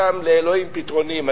לאלוהים פתרונים.